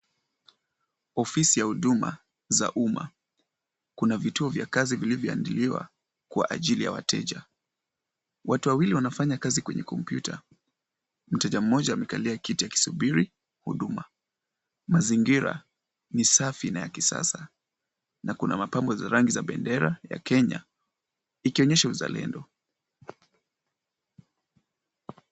Ofisi ya huduma za uma. Kuna vituo vya kazi vilivyoandaliwa kwa ajili ya mteja. Watu wawili wanafanya kazi kwenye kompyuta. Mteja mmoja amekalia kiti akisubiri huduma. Mazingira ni safi na ya kisasa na kuna mapambo za rangi za bendera ya Kenya ikionyesha uzalendo.